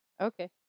okay